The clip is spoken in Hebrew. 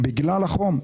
בגלל החום.